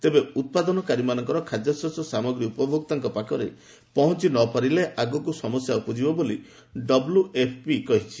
ତେବେ ଉତ୍ପାଦନକାରୀମାନଙ୍କ ଖାଦ୍ୟଶସ୍ୟ ସାମଗ୍ରୀ ଉପଭୋକ୍ତାଙ୍କ ପାଖରେ ପହଞ୍ଚ ନ ପାରିଲେ ଆଗକୁ ସମସ୍ୟା ଉପୁଜିବ ବୋଲି ଡବ୍ଲ୍ୟଏଫ୍ପି କହିଛି